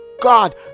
god